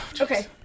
Okay